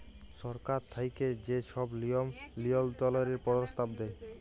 সরকার থ্যাইকে যে ছব লিয়ম লিয়ল্ত্রলের পরস্তাব দেয়